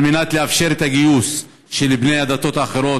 על מנת לאפשר את הגיוס של בני הדתות האחרות,